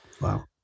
Wow